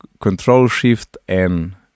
Control-shift-n